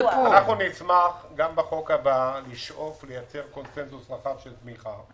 נשמח גם בחוק הבא לשאוף לייצר קונצנזוס רחב של תמיכה,